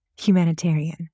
humanitarian